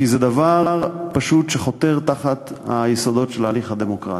כי זה פשוט דבר שחותר תחת היסודות של ההליך הדמוקרטי.